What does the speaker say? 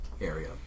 area